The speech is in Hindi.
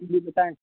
जी बताए